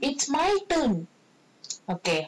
eh it's it's my turn okay